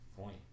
point